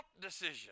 decision